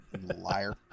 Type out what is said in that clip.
liar